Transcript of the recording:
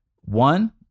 one